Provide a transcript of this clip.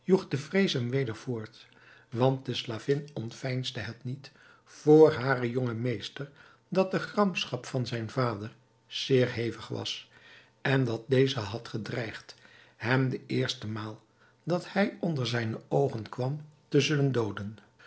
de vrees hem weder voort want de slavin ontveinsde het niet voor haren jongen meester dat de gramschap van zijn vader zeer hevig was en dat deze had gedreigd hem de eerste maal dat hij onder zijne oogen kwam te zullen dooden